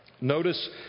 notice